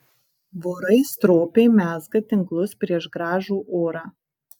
vorai stropiai mezga tinklus prieš gražų orą